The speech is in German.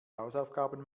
hausaufgaben